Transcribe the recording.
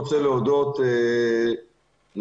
אני רוצה להודות לך,